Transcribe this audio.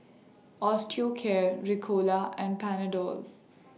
Osteocare Ricola and Panadol